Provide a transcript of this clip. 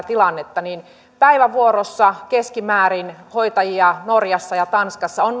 tilannetta niin päivävuorossa keskimäärin hoitajia norjassa ja tanskassa on